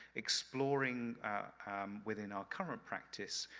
exploring within our current practice,